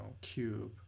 cube